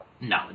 No